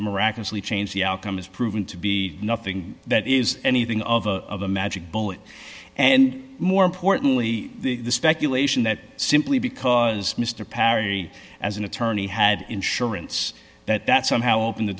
to miraculously change the outcome is proving to be nothing that is anything of the magic bullet and more importantly the speculation that simply because mr perry as an attorney had insurance that somehow open the